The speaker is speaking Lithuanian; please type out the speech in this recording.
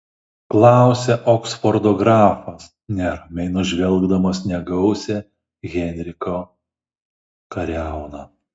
klausia oksfordo grafas neramiai nužvelgdamas negausią henriko kariauną